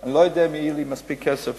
אני לא יודע אם יהיה לי מספיק כסף,